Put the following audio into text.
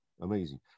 Amazing